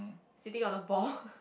sitting on a ball